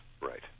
right